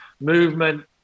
movement